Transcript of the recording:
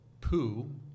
poo